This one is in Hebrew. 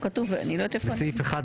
אבל כדי למנוע אי בהירות בנוסח,